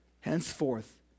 Henceforth